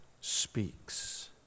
speaks